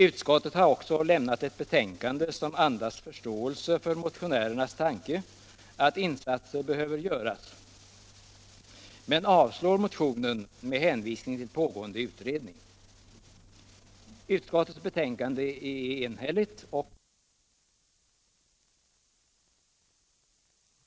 Utskottet har också lämnat ett betänkande som andas förståelse för motionärernas tanke att insatser behöver göras, men man avstyrker motionen med hänvisning till pågående utredning. Utskottets betänkande är enhälligt, och jag ställer, herr talman, inte något yrkande. Men jag vill till kammarens protokoll, som ett medskick till utredningen, få anteckna en förväntan att utredningen snarast lägger fram förslag som gör det möjligt att fortsätta arbetet med att bevara det kulturarv som Gotlandskyrkorna representerar.